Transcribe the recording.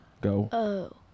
go